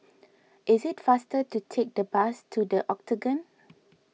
it is faster to take the bus to the Octagon